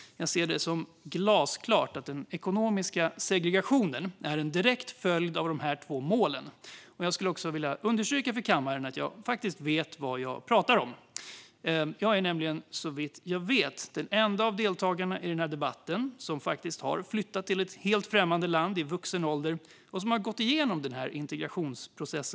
Det är glasklart att den ekonomiska segregationen är en direkt följd av dessa två mål, och jag vill också understryka för kammaren att jag faktiskt vet vad jag pratar om. Jag är nämligen, såvitt jag vet, den enda av deltagarna i debatten som i vuxen ålder har flyttat till ett helt främmande land och själv har gått igenom en integrationsprocess.